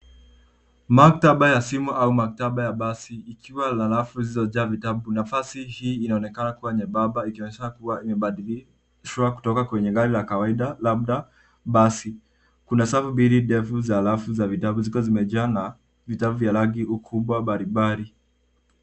Maktaba ya simu, au maktaba ya basi, ikiwa na rafu zilizojaa vitabu, nafasi hii inaonekana kuwa nyembamba ikionyesha kuwa imebadilishwa kutoka kwenye gari la kawaida, labda basi. Kuna safu mbili ndefu, za rafu za vitabu zikiwa zimejaa na vitabu vya rangi, ukubwa mbalimbali.